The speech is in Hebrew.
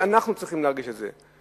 אנחנו צריכים להרגיש את זה,